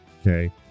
Okay